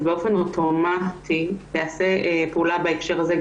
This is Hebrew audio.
באופן אוטומטי תיעשה פעולה בהקשר הזה.